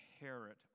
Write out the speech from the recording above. inherit